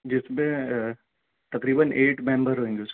جس میں تقریباً ایٹ ممبر رہیں گے اس میں